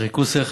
שחילקו שכל.